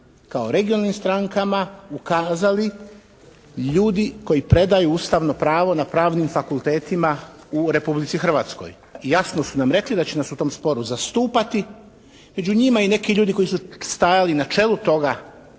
kao regionalnim strankama ljudi koji predaju Ustavno pravo na pravnim fakultetima u Republici Hrvatskoj. I jasno su nam rekli da će nas u tom sporu zastupati. Među njima i neki ljudi koji su stajali na čelu toga